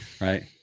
Right